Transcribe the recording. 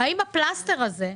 האם הפלסטר הזה,